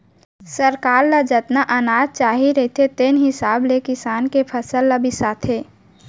सरकार ल जतका अनाज चाही रहिथे तेन हिसाब ले किसान के फसल ल बिसाथे